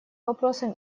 вопросам